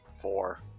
Four